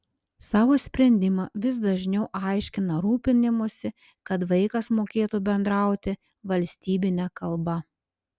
savo sprendimą vis dažniau aiškina rūpinimųsi kad vaikas mokėtų bendrauti valstybine kalba